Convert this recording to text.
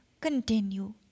continue